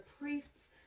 priest's